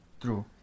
True